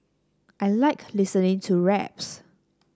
I like listening to raps